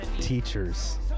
Teachers